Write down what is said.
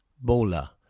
Bola